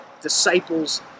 Disciples